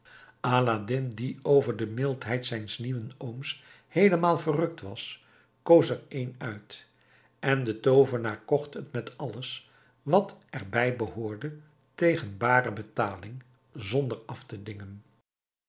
aladdin die over de mildheid zijns nieuwen ooms heelemaal verrukt was koos er een uit en de toovenaar kocht het met alles wat erbij behoorde tegen bare betaling zonder af te dingen